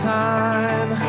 time